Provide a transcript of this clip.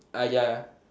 ah ya